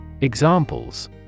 Examples